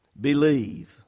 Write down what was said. believe